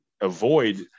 avoid